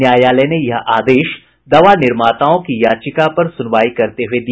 न्यायालय ने यह आदेश दवा निर्माताओं की याचिका पर सुनवाई करते हुए दिया